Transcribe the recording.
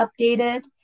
updated